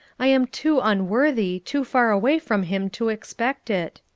i am too unworthy, too far away from him to expect it.